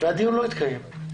והדיון לא התקיים.